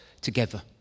together